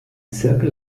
zirkel